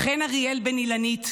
חן אריאל בן אילנית,